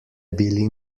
bili